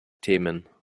themen